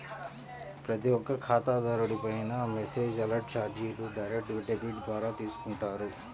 ప్రతి ఒక్క ఖాతాదారుడిపైనా మెసేజ్ అలర్ట్ చార్జీలు డైరెక్ట్ డెబిట్ ద్వారా తీసుకుంటారు